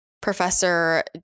Professor